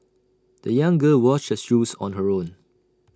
the young girl washed her shoes on her own